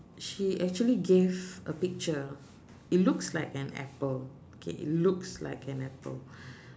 she actually gave a picture it looks like an apple okay it looks like an apple